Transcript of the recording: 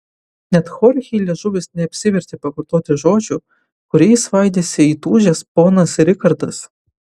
net chorchei liežuvis neapsivertė pakartoti žodžių kuriais svaidėsi įtūžęs ponas rikardas